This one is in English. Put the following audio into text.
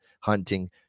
hunting